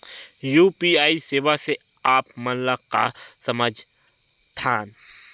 UPI सेवा से आप मन का समझ थान?